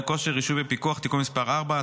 כושר (רישוי ופיקוח) (תיקון מס' 4),